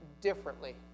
differently